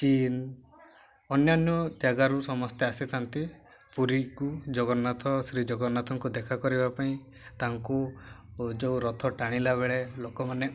ଚୀନ ଅନ୍ୟାନ୍ୟ ଜାଗାରୁ ସମସ୍ତେ ଆସିଥାନ୍ତି ପୁରୀକୁ ଜଗନ୍ନାଥ ଶ୍ରୀଜଗନ୍ନାଥଙ୍କୁ ଦେଖା କରିବା ପାଇଁ ତାଙ୍କୁ ଯେଉଁ ରଥ ଟାଣିଲା ବେଳେ ଲୋକମାନେ